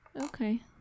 Okay